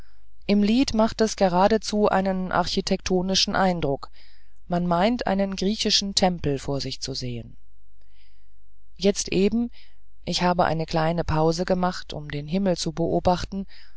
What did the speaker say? im lied macht es geradezu einen architektonischen eindruck man meint einen griechischen tempel vor sich zu sehen jetzt eben ich habe eine kleine pause gemacht um den himmel zu beobachten